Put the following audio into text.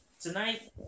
tonight